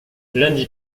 lundi